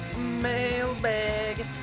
Mailbag